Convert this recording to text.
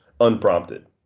Unprompted